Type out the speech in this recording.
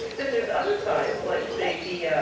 then there's other signs, like say, the